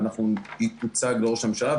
היא תוצג לראש הממשלה.